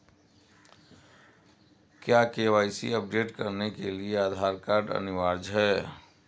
क्या KYC update करने के लिए आधार कार्ड अनिवार्य है?